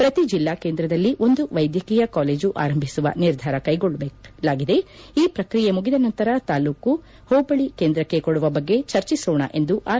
ಪ್ರತಿ ಜಿಲ್ಲಾ ಕೇಂದ್ರದಲ್ಲಿ ಒಂದು ವೈದ್ಯಕೀಯ ಕಾಲೇಜು ಆರಂಭಿಸುವ ನಿರ್ಧಾರ ಕೈಗೊಳ್ಳಲಾಗಿದೆ ಈ ಪ್ರಕ್ರಿಯೆ ಮುಗಿದ ನಂತರ ತಾಲ್ಲೂಕು ಹೋಬಳಿ ಕೇಂದ್ರಕ್ಕೆ ಕೊದುವ ಬಗ್ಗೆ ಚರ್ಚಿಸೋಣ ಎಂದು ಆರ್